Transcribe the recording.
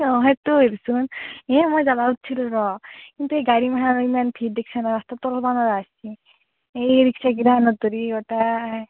সেইটো হয় দেচোন এ মই যাবা উঠ্ছিলো ৰ' কিন্তু গাড়ীমাখা ইম্যেন ভিৰ দেখ্চ না ৰাস্তাটো অলপ ই ৰিক্সাখন গোটাই